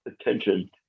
attention